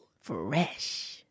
Fresh